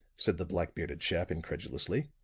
said the black-bearded chap incredulously.